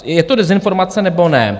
Je to dezinformace, nebo ne?